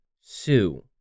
sue